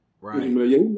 right